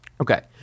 Okay